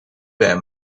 bij